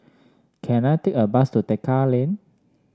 can I take a bus to Tekka Lane